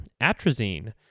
atrazine